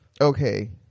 Okay